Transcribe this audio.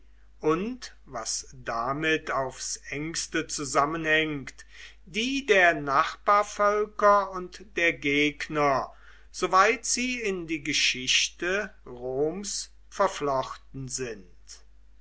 und was damit aufs engste zusammenhängt die der nachbarvölker und der gegner soweit sie in die geschichte roms verflochten sind